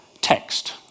text